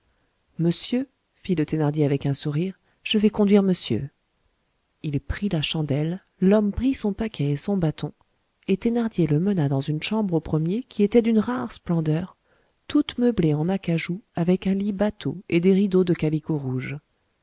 fit le thénardier avec un sourire je vais conduire monsieur il prit la chandelle l'homme prit son paquet et son bâton et thénardier le mena dans une chambre au premier qui était d'une rare splendeur toute meublée en acajou avec un lit bateau et des rideaux de calicot rouge